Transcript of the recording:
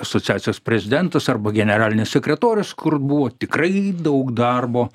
asociacijos prezidentas arba generalinis sekretorius kur buvo tikrai daug darbo